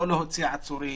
לא להוציא עצורים,